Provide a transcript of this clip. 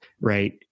Right